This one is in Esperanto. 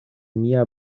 mia